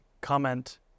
comment